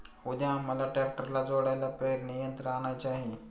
उद्या आम्हाला ट्रॅक्टरला जोडायला पेरणी यंत्र आणायचे आहे